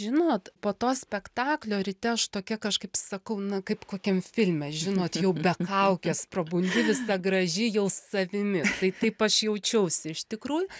žinot po to spektaklio ryte aš tokia kažkaip sakau na kaip kokiam filme žinot jau be kaukės prabundi visa graži jau savimi tai taip aš jaučiausi iš tikrųjų